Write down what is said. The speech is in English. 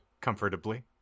comfortably